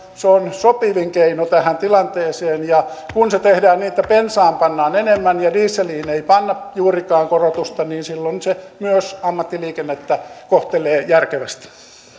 se on sopivin keino tähän tilanteeseen kun se tehdään niin että bensaan pannaan enemmän ja dieseliin ei panna juurikaan korotusta niin silloin se myös ammattiliikennettä kohtelee järkevästi